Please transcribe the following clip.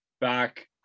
back